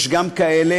יש גם כאלה,